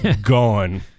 gone